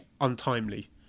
untimely